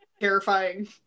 terrifying